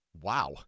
Wow